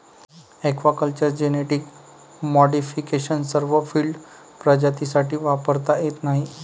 aquaculture genetic modification सर्व field प्रजातींसाठी वापरता येत नाही